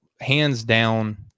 hands-down